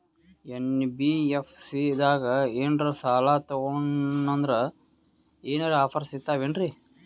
NBFC ದಾಗ ಏನ್ರ ಸಾಲ ತೊಗೊಂಡ್ನಂದರ ಏನರ ಆಫರ್ ಸಿಗ್ತಾವೇನ್ರಿ?